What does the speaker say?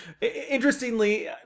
Interestingly